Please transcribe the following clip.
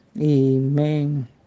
Amen